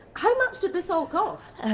how much did this all cost?